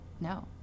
No